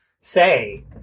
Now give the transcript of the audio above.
say